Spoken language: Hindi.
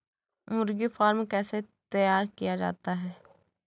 मुर्गी फार्म कैसे तैयार किया जाता है?